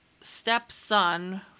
stepson